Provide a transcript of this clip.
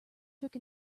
took